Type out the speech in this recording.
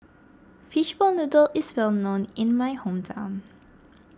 Fishball Noodle is well known in my hometown